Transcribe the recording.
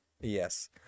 Yes